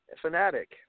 fanatic